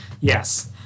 Yes